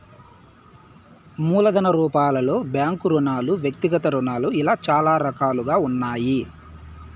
మూలధన రూపాలలో బ్యాంకు రుణాలు వ్యక్తిగత రుణాలు ఇలా చాలా రకాలుగా ఉన్నాయి